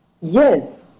Yes